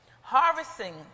Harvesting